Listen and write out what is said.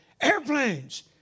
airplanes